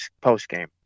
post-game